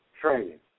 training